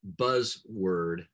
buzzword